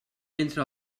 entra